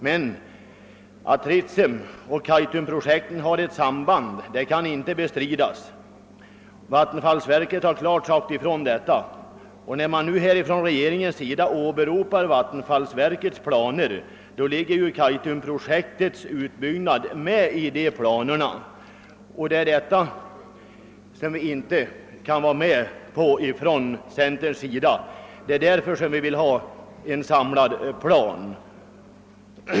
Men att Ritsemoch Kaitumprojekten har ett samband kan inte bestridas. Vattenfallsverket har klart sagt ifrån detta, och när nu regeringen åberopar vattenfallsverkets planer ligger ju Kaitumprojektets utbyggnad med i de planerna. Det är detta som vi inom centern inte kan vara med om — det är därför som vi vill ha en samlad plan.